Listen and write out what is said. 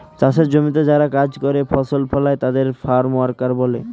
চাষের জমিতে যারা কাজ করে, ফসল ফলায় তাদের ফার্ম ওয়ার্কার বলে